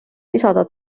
lisada